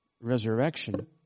resurrection